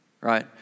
Right